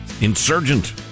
Insurgent